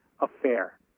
affair